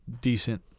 decent